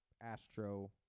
Astro